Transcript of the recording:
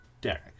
derek